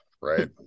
right